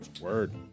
Word